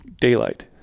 daylight